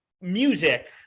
music